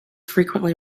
frequently